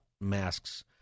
masks